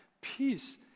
peace